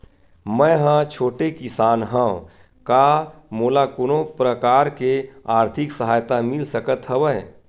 मै ह छोटे किसान हंव का मोला कोनो प्रकार के आर्थिक सहायता मिल सकत हवय?